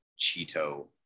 Cheeto